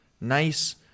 nice